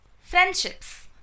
friendships